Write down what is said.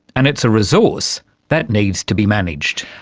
and it's a resource that needs to be managed.